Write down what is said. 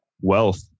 wealth